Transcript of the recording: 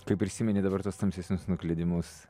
kai prisimeni dabar tuos tamsesnius nuklydimus